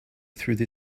through